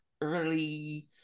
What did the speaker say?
early